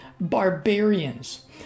Barbarians